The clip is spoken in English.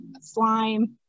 slime